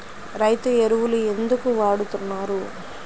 రైతు ఎరువులు ఎందుకు వాడుతున్నారు?